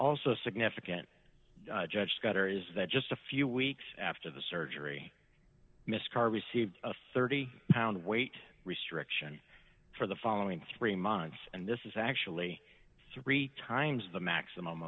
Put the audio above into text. also significant judge cutter is that just a few weeks after the surgery miss carr received a thirty pound weight restriction for the following three months and this is actually three times the maximum